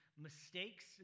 Mistakes